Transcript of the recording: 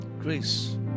grace